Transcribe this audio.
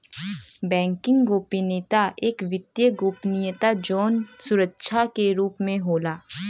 banking गोपनीयता एक वित्तीय गोपनीयता जौन सुरक्षा के रूप में होला